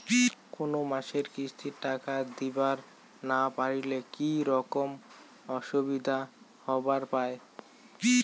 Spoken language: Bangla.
কোনো মাসে কিস্তির টাকা দিবার না পারিলে কি রকম অসুবিধা হবার পায়?